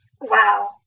wow